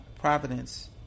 Providence